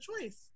choice